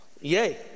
Yay